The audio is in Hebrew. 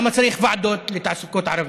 למה צריך ועדות לתעסוקת ערבים?